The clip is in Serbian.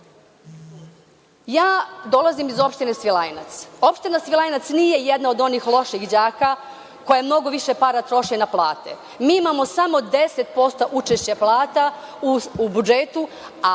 dolazim iz opštine Svilajnac. Opština Svilajnac nije jedna od onih loših đaka koja mnogo više para troši na plate. Mi imamo samo 10% učešća plata u budžetu,